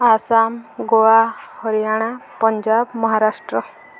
Assam Goa Haryana Punjab Maharashtra